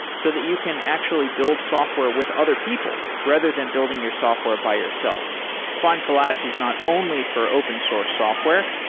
so that you can actually build software with other people, rather than building your software by yourself findcollabs is not only for open source software,